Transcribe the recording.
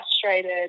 frustrated